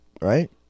right